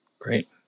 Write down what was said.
Great